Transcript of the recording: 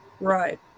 Right